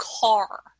car